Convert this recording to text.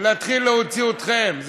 להתחיל להוציא אתכם?